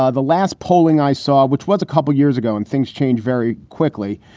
ah the last polling i saw, which was a couple of years ago, and things change very quickly.